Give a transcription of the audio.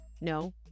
No